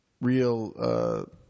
real